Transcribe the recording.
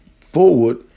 forward